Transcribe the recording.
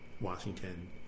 Washington